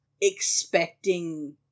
expecting